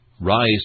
Rise